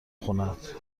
خونت